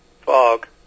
fog